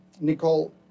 Nicole